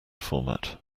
format